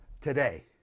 today